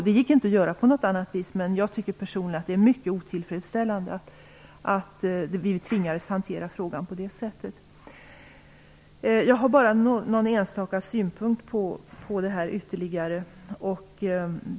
Det gick inte att göra på något annat vis, men jag tycker personligen att det är mycket otillfredsställande att vi tvingades hantera frågan på det sättet. Jag har bara någon enstaka synpunkt på detta ytterligare.